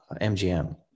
MGM